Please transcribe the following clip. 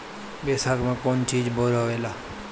बैसाख मे कौन चीज बोवाला?